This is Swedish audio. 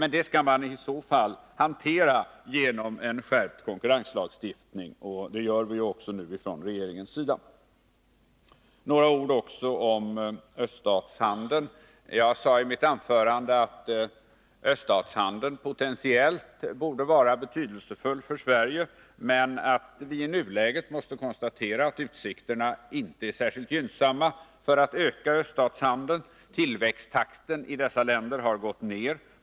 Sådana företeelser får dock hanteras med hjälp av skärpt konkurrenslagstiftning, och det gör vi nu från regeringens sida. Vidare några ord om öststatshandeln. Jag sade i mitt inledningsanförande att öststatshandeln potentiellt borde vara betydelsefull för Sverige, men att vi i nuläget måste konstatera att utsikterna att öka den inte är särskilt gynnsamma. Tillväxttakten i de länder det gäller har gått ner.